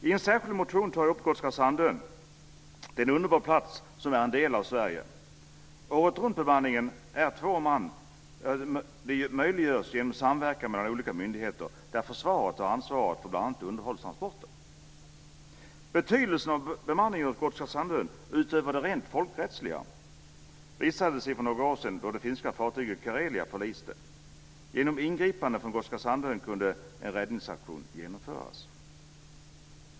I en särskild motion tar jag upp Gotska Sandön. Det är en underbar plats som är en del av Sverige. Året-runt-bemanningen av två man möjliggörs genom samverkan mellan olika myndigheter, där försvaret har ansvarat för bl.a. underhållstransporter. Betydelsen av bemanningen på Gotska Sandön, utöver det rent folkrättsliga, visade sig för några år sedan då det finska fartyget Karelia förliste. Genom ingripande från Gotska Sandön kunde en räddningsaktion genomföras.